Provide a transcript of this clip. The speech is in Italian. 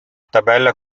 tabella